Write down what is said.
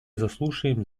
заслушаем